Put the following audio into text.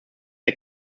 der